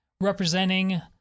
representing